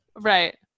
right